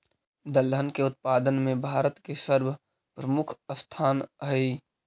दलहन के उत्पादन में भारत के सर्वप्रमुख स्थान हइ